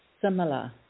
similar